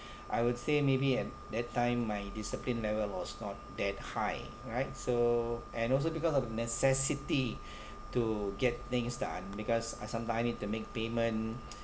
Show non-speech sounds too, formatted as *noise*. I would say maybe at that time my discipline level was not that high right so and also because of necessity *breath* to get things done because I sometime need to make payment